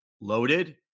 loaded